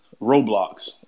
roblox